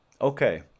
Okay